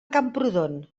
camprodon